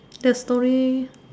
that story